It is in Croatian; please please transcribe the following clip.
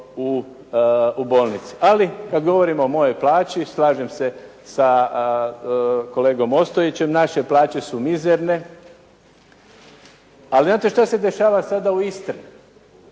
u bolnici. Ali kada govorimo o mojoj plaći, slažem se sa kolegom Ostojićem, naše plaće su mizerne. Ali znate šta se dešava sada u Istri?